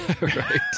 Right